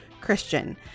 Christian